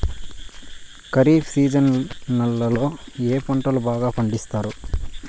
ఖరీఫ్ సీజన్లలో ఏ పంటలు బాగా పండిస్తారు